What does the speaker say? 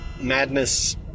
Madness